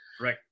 Right